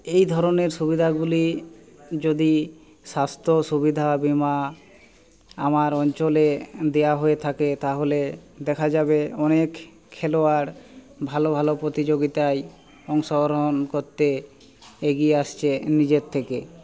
এই ধরনের সুবিধাগুলি যদি স্বাস্থ্য সুবিধা বিমা আমার অঞ্চলে দেওয়া হয়ে থাকে তাহলে দেখা যাবে অনেক খেলোয়াড় ভালো ভালো প্রতিযোগীতায় অংশগ্রহণ করতে এগিয়ে আসছে নিজে থেকে